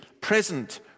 present